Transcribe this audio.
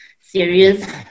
serious